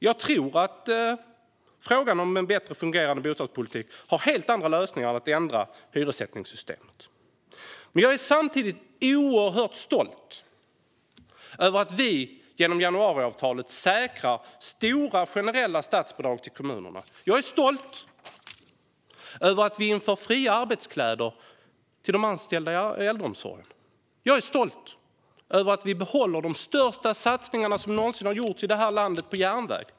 Jag tror att frågan om en bättre fungerande bostadspolitik har helt andra lösningar än att ändra hyressättningssystemet. Men jag är samtidigt oerhört stolt över att vi, genom januariavtalet, säkrar stora generella statsbidrag till kommunerna. Jag är stolt över att vi inför fria arbetskläder till de anställda i äldreomsorgen. Jag är stolt över att vi behåller de största satsningarna som någonsin har gjorts i det här landet på järnväg.